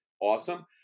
awesome